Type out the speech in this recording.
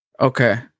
Okay